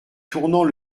tournant